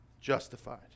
justified